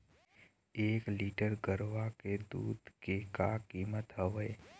एक लीटर गरवा के दूध के का कीमत हवए?